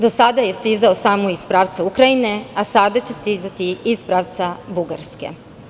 Do sada je stizao samo iz pravca Ukrajine, a sada će stizati iz pravca Bugarske.